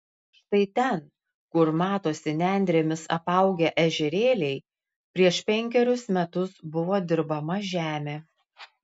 štai ten kur matosi nendrėmis apaugę ežerėliai prieš penkerius metus buvo dirbama žemė